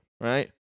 Right